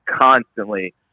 constantly